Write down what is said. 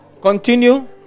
Continue